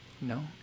no